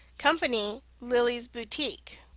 company lily's boutique,